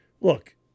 Look